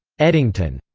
eddington.